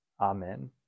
Amen